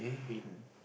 been